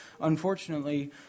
unfortunately